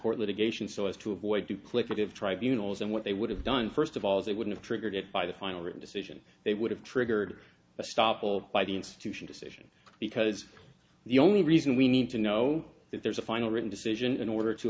court litigation so as to avoid duplicative tribunals and what they would have done first of all they would have triggered it by the final written decision they would have triggered a stop all by the institution decision because the only reason we need to know that there's a final written decision in order to